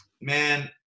man